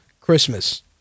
Christmas